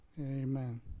amen